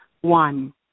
One